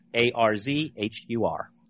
A-R-Z-H-U-R